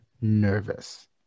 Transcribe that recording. nervous